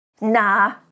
Nah